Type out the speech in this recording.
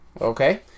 Okay